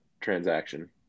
transaction